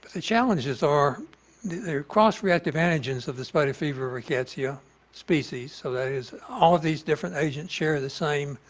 the challenges are the the cross reactive antigens of the spotted fever rickettsia species so that is all of these different agents share the same,